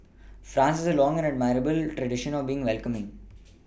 France has a long and admirable tradition of being welcoming